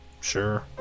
Sure